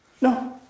No